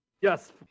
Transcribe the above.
Yes